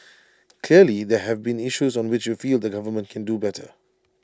clearly there have been issues on which you feel the government can do better